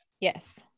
Yes